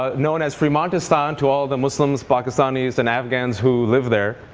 ah known as fremontistan to all the muslims, pakistanis, and afghans who live there,